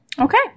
Okay